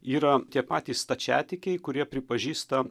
yra tie patys stačiatikiai kurie pripažįsta